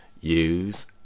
use